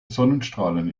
sonnenstrahlen